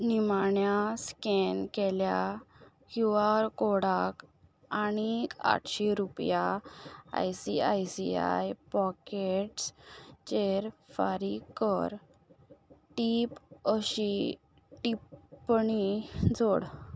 निमाण्या स्कॅन केल्या Q R कोडाक आनीक आठशीं रुपया I C I C I pockets चेर फारीक कर टीप अशी टिपणी जोड